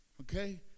Okay